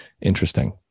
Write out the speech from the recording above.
Interesting